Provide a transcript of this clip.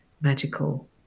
magical